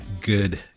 good